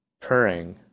Purring